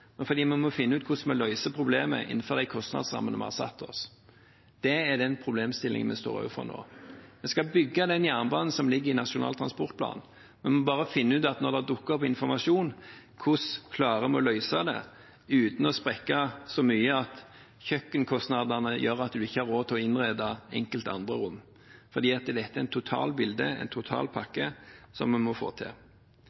men fordi vi må finne ut hvordan vi løser problemet innenfor de kostnadsrammene vi har satt oss. Det er den problemstillingen vi står overfor nå. Vi skal bygge jernbanen som ligger i Nasjonal transportplan, vi må bare – når det dukker opp informasjon – finne ut hvordan vi klarer å løse det uten at kostnadssprekken på «kjøkkenet» gjør at vi ikke har råd til å innrede enkelte andre rom, for dette er en